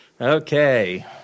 Okay